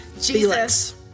Jesus